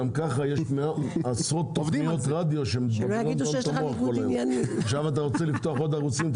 גם ככה יש עשרות תכניות רדיו --- עכשיו אתה רוצה לפתוח עוד ערוצים?